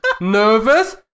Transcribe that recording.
Nervous